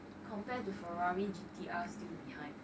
compared the Ferrari G_T_R still behind